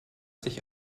sich